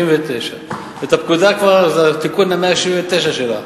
179). איפה כבוד השר?